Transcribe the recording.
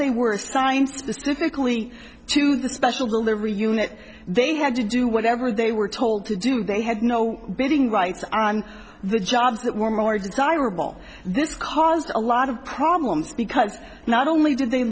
they were assigned specifically to the special delivery unit they had to do whatever they were told to do they had no basing rights on the jobs that were more desirable this caused a lot of problems because not only did they